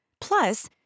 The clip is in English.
Plus